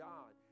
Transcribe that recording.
God